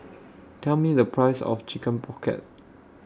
Tell Me The Price of Chicken Pocket